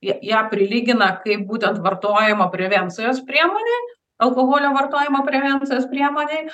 jie ją prilygina kaip būtent vartojimo prevencijos priemonę alkoholio vartojimo prevencijos priemonei